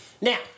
Now